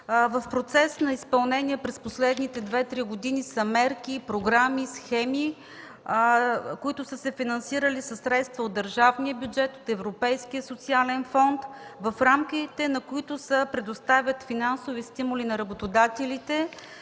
В процес на изпълнение през последните две-три години са мерки, програми и схеми, които са се финансирали със средства от държавния бюджет, от Европейския социален фонд, в рамките на които се предоставят финансови стимули на работодателите